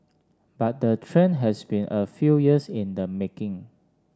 but the trend has been a few years in the making